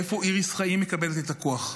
מאיפה איריס חיים מקבלת את הכוח?